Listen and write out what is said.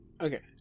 Okay